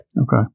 Okay